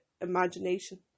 imagination